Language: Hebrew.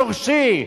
שורשי.